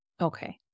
Okay